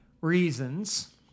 reasons